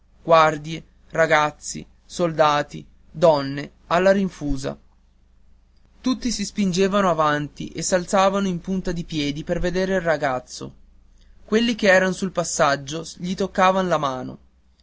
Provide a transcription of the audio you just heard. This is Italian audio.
guardie ragazzi soldati donne alla rinfusa tutti si spingevano avanti e s'alzavano in punta di piedi per vedere il ragazzo quelli che eran sul passaggio gli toccavan la mano